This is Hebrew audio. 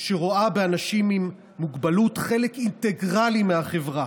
שרואה באנשים עם מוגבלות חלק אינטגרלי מהחברה,